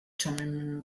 thummim